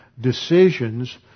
decisions